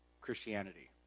Christianity